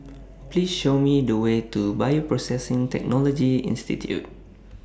Please Show Me The Way to Bioprocessing Technology Institute